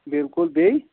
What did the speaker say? بلکُل بیٚیہِ